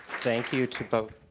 thank you to both,